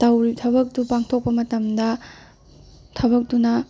ꯇꯧꯔꯤ ꯊꯕꯛꯇꯨ ꯄꯥꯡꯊꯣꯛꯄ ꯃꯇꯝꯗ ꯊꯕꯛꯇꯨꯅ